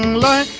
la